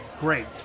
Great